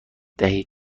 دهید